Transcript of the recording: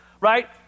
right